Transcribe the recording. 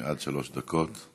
אדוני, עד שלוש דקות.